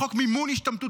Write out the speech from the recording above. בחוק מימון השתמטות,